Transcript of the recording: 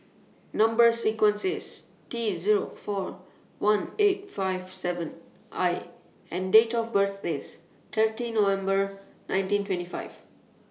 Number sequence IS T Zero four one eight five seven I and Date of birth IS thirty November nineteen twenty five